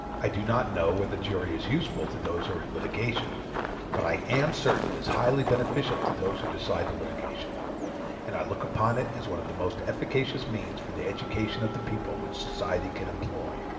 i do not know whether the jury is useful to those who are in litigation but i am certain it is highly beneficial to those who decide the litigation and i look upon it as one of the most efficacious means for the education of the people which society can employ.